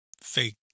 fake